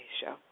show